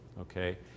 Okay